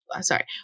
sorry